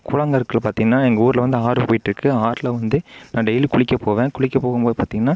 கூழாங்கற்கள் பார்த்திங்கன்னா எங்கள் ஊரில் வந்து ஆறு போயிட்டு இருக்கு ஆறில் வந்து நான் டெய்லி குளிக்க போவேன் குளிக்க போகும் போது பார்த்திங்கன்னா